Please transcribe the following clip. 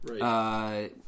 Right